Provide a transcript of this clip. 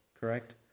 Correct